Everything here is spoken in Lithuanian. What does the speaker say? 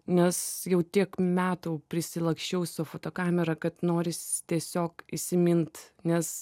nes jau tiek metų prisilaksčiau su fotokamera kad norisi tiesiog įsimint nes